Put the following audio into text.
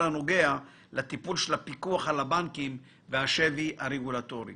הנוגע לטיפול של הפיקוח על הבנקים והשבי הרגולטורי